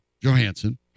Johansson